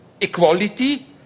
equality